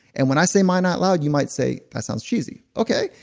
and when i say mine out loud, you might say, that sound cheesy. okay,